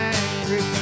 angry